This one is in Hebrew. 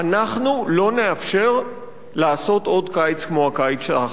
אנחנו לא נאפשר לעשות עוד קיץ כמו הקיץ האחרון.